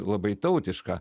labai tautiška